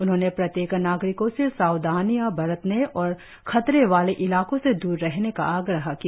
उन्होंने प्रत्येक नागरिकों से सावधानियाँ बरतने और खतरे वाले इलाकों से दूर रहने का आग्रह किया